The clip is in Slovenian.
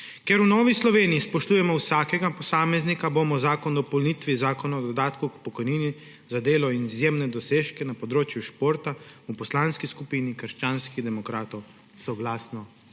Ker v Novi Sloveniji spoštujemo vsakega posameznika, bomo Predlog zakona o dopolnitvi Zakona o dodatku k pokojnini za delo in izjemne dosežke na področju športa v Poslanski skupini krščanskih demokratov soglasno